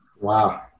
Wow